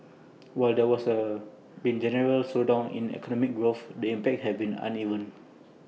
while there was A been general slowdown in economic growth the impact has been uneven